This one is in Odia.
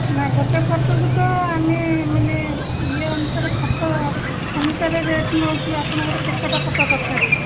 ନା ଗୋଟିଏ ଫଟୋକୁ ତ ଆମେ ମାନେ ଇଏ ଅନୁସାରେ ଫଟୋ ଅନୁସାରେ ରେଟ୍ ନେଉଛୁ ଆପଣଙ୍କର କେତେଟା ଫଟୋ ଦରକାର